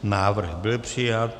Návrh byl přijat.